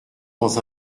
dans